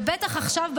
ובטח עכשיו,